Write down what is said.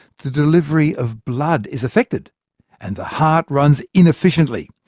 the delivery of blood is affected and the heart runs inefficiently.